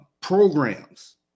programs